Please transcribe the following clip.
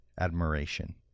admiration